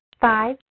Five